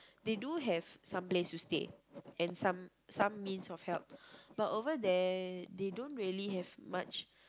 they do have some place to stay and some some means of help but over there they don't really have much